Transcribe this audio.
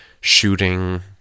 shooting